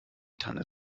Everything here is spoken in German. tanne